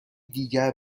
دیگر